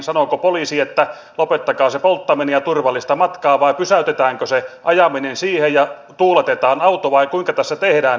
sanooko poliisi että lopettakaa se polttaminen ja turvallista matkaa vai pysäytetäänkö se ajaminen siihen ja tuuletetaan auto vai kuinka tässä tehdään